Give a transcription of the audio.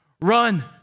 run